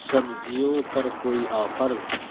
سبزیوں پر کوئی آفرز